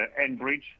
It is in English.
Enbridge